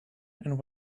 and